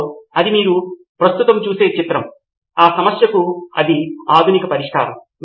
కనుక ఇది క్రమబద్ధీకరిస్తుంది నితిన్ కురియన్ మరియు ఇప్పటికే ఉన్న రిపోజిటరీ యొక్క అన్ని లక్షణాలు ఈ అప్లికేషన్లో భాగంగా ఉంటాయి